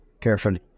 carefully